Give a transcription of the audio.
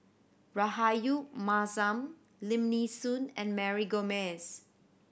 Rahayu Mahzam Lim Nee Soon and Mary Gomes